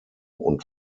und